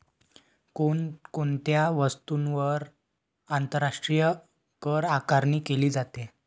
कोण कोणत्या वस्तूंवर आंतरराष्ट्रीय करआकारणी केली जाते?